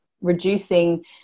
reducing